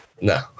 No